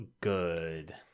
good